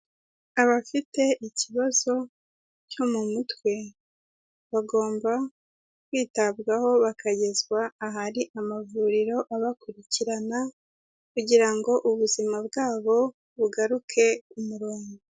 Abafite ikibazo cyo mu mutwe, bagomba kwitabwaho bakagezwa ahari amavuriro abakurikirana kugira ngo ubuzima bwabo bugaruke mu murongo.